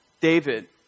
David